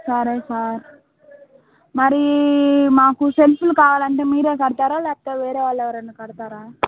సరే సార్ మరి మాకు సెల్పులు కావాలంటే మీరే కడతారా లేకపోతే వేరే వాళ్ళేవరైనా కడతారా